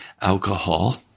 alcohol